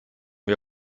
wer